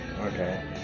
Okay